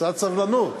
קצת סבלנות.